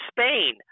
Spain